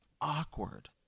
awkward